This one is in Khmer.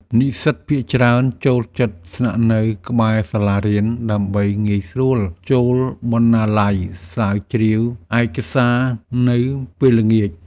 និស្សិតភាគច្រើនចូលចិត្តស្នាក់នៅក្បែរសាលារៀនដើម្បីងាយស្រួលចូលបណ្ណាល័យស្រាវជ្រាវឯកសារនៅពេលល្ងាច។